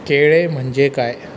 केळे म्हणजे काय